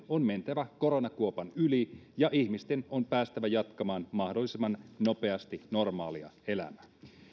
on mentävä koronakuopan yli ja ihmisten on päästävä jatkamaan mahdollisimman nopeasti normaalia elämää